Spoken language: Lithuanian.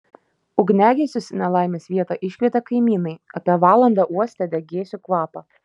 ugniagesius į nelaimės vietą iškvietė kaimynai apie valandą uostę degėsių kvapą